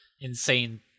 insane